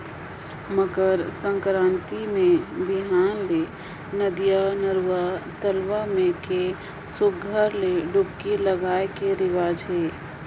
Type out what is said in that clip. मकर संकरांति मे बिहान ले नदिया, नरूवा, तलवा के में सुग्घर ले डुबकी लगाए के रिवाज अहे